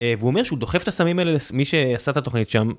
והוא אומר שהוא דוחף את הסמים האלה למי שעשה את התוכנית שם